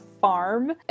farm